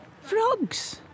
Frogs